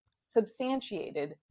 substantiated